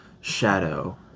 Shadow